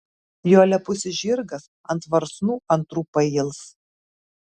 jo lepusis žirgas ant varsnų antrų pails